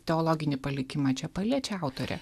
teologinį palikimą čia paliečia autorė